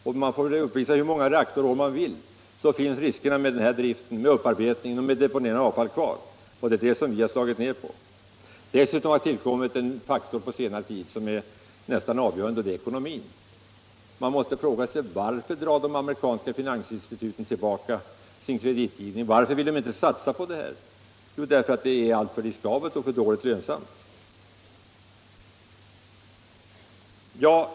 Hur många invändningsfria reaktorår man än kan uppvisa så finns riskerna med driften med upparbetning och deponering av avfall kvar. Det är det som vi slagit ned på. Dessutom har på senare tid tillkommit en faktor som är nästan avgörande, nämligen ekonomin. Varför drar de amerikanska finansinstituten tillbaka sin kreditgivning? Varför vill de inte satsa på kärnkraften? Därför att det är alltför riskabelt och lönsamheten för dålig.